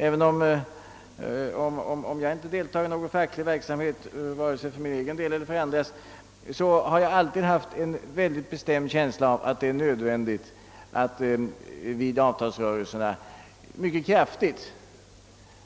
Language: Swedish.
Även om jag inte deltar i någon facklig verksamhet vare sig för min egen del eller för andras, har jag alltid haft en mycket bestämd känsla av att det är nödvändigt att vid avtalsrörelserna mycket kraftigt